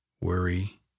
worry